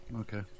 Okay